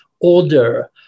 order